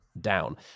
down